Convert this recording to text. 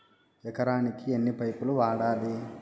ఎకరాకి ఎన్ని పైపులు వాడాలి?